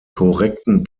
korrekten